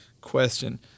question